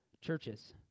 churches